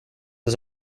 his